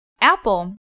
Apple